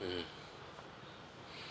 mmhmm